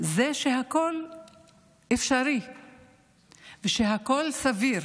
זה שהכול אפשרי ושהכול סביר,